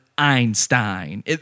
Einstein